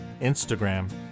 Instagram